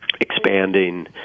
expanding